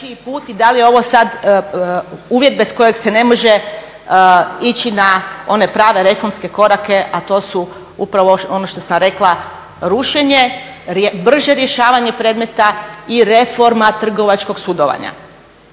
da li je ovo sada uvjet bez kojeg se ne može ići na one prave reformske korake, a to su upravo, ono što sam rekla, rušenje, brže rješavanje predmeta i reforma trgovačkog sudovanja.